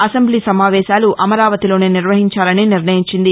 assembly సమావేశాలు అమరావతిలోనే నిర్వహించాలని నిర్ణయించింది